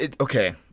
okay